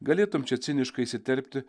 galėtum čia ciniškai įsiterpti